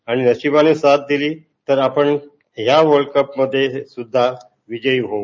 आणि नशिबानं साथ दिली तर आपण या वर्ल्ड कपमध्येही विजयी होऊ